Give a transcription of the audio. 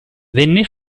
venne